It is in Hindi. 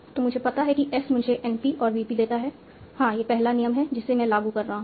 तो मुझे पता है कि S मुझे NP और VP देता है हां यह पहला नियम है जिसे मैं लागू कर रहा हूं